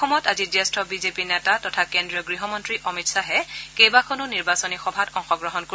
অসমত আজি জ্যেষ্ঠ বিজেপি নেতা তথা কেজ্ৰীয় গৃহমন্তী অমিত শ্বাহে কেইবাখনো নিৰ্বাচনী সভাত অংশগ্ৰহণ কৰিব